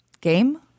game